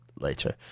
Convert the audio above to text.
later